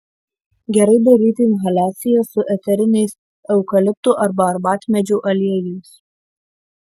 gerai daryti inhaliacijas su eteriniais eukaliptų arba arbatmedžių aliejais